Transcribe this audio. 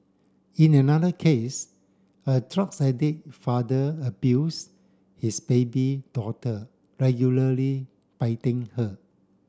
in another case a drugs addict father abused his baby daughter regularly biting her